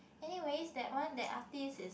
anyways that one that artist is